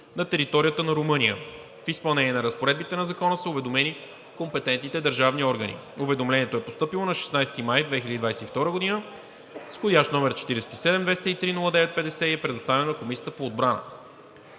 на територията на Румъния. В изпълнение на разпоредбите на Закона са уведомени компетентните държавни органи. Уведомлението е постъпило на 16 май 2022 г., вх. № 47-203-09-50, и е предоставено на Комисията по отбрана.